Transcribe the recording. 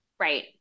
Right